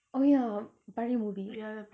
oh ya பலய:palaya movie